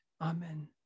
Amen